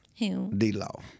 D-Law